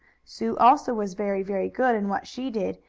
sue, also, was very, very good in what she did,